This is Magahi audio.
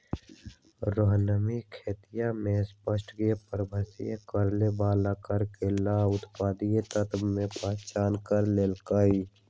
रोहनवा खेतीया में संपोषणीयता के प्रभावित करे वाला कारक ला उत्तरदायी तत्व के पहचान कर लेल कई है